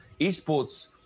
esports